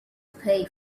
pay